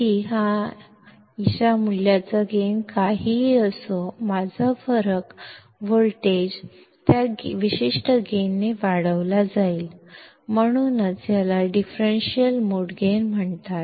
Ad च्या मूल्याचा gain काहीही असो माझा फरक व्होल्टेज त्या विशिष्ट गेन ने वाढवला जाईल आणि म्हणूनच जाहिरातीला डिफरेंशियल मोड गेन म्हणतात